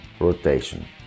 rotation